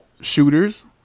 Shooters